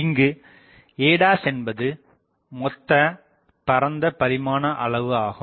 இங்கு a என்பது மொத்த பரந்த பரிமாண அளவு ஆகும்